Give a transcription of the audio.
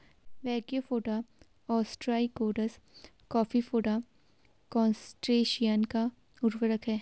brachiopoda, ostracods, copepoda, crustacean का उपवर्ग है